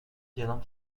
جلوم